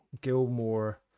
Gilmore